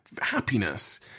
happiness